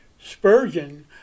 Spurgeon